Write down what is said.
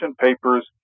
papers